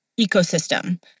ecosystem